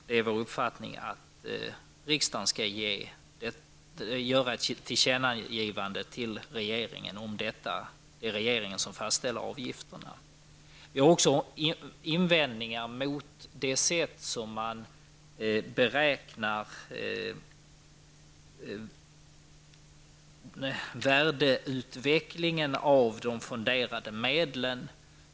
Det är vår uppfattning att riksdagen skall göra ett tillkännagivande till regeringen om detta. Det är regeringen som fastställer avgifterna. Vi har även invändningar mot det sätt som man beräknar värdeutvecklingen av de fonderade medlen på.